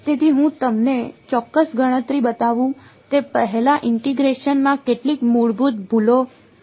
તેથી હું તમને ચોક્કસ ગણતરી બતાવું તે પહેલાં ઇન્ટીગ્રેશન માં કેટલીક મૂળભૂત ભૂલો થઈ શકે છે